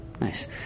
Nice